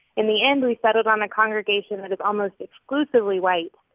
in the end, we settled on a congregation that is almost exclusively white.